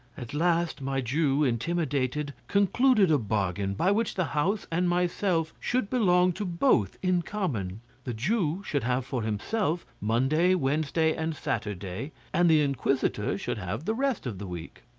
at last my jew, intimidated, concluded a bargain, by which the house and myself should belong to both in common the jew should have for himself monday, wednesday, and saturday, and the inquisitor should have the rest of the week.